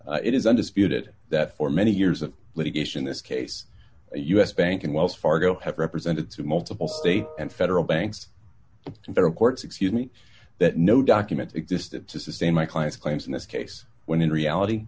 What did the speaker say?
it is undisputed that for many years of litigation this case a us bank and wells fargo have represented to multiple state and federal banks in federal courts excuse me that no document existed to sustain my client's claims in this case when in reality